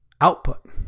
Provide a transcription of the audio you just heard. output